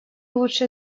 лучше